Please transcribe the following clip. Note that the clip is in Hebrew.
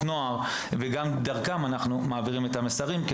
הנוער ודרכם אנחנו מעבירים את המסרים,